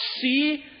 see